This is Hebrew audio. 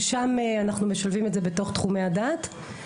ששם אנחנו משלבים את זה בתוך תחומי הדת.